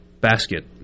basket